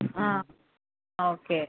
ആ ഓക്കേ